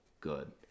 good